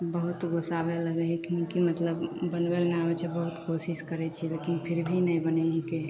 बहुत गोस्साबे लगै हइ कि कि मतलब बनबैले नहि आबै छै बहुत कोशिश करै छी लेकिन फिर भी नहि बनै हइके